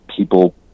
People